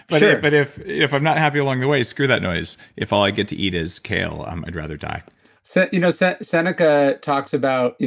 but but if if i'm not happy along the way, screw that noise. if all i get to eat is kale, i'd rather die so you know so seneca talks about.